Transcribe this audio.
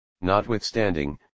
Notwithstanding